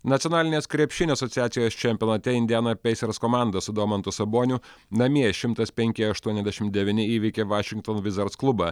nacionalinės krepšinio asociacijos čempionate indiana peisers komanda su domantu saboniu namie šimtas penki aštuoniasdešim devyni įveikė vašingtono vizards klubą